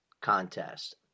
contest